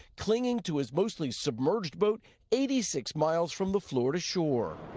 clinging to his mostly submerged boat eighty six miles from the florida shore.